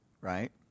right